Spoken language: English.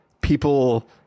people